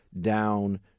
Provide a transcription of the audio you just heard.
down